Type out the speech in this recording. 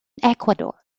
ecuador